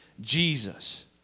Jesus